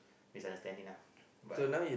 which is a statine but